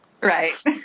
Right